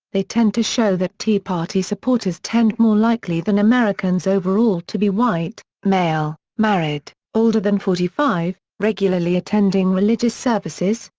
they tend to show that tea party supporters tend more likely than americans overall to be white, male, married, older than forty five, regularly attending religious services,